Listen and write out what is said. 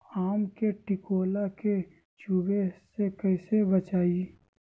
आम के टिकोला के तुवे से कैसे बचाई?